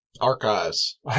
Archives